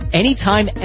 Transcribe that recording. anytime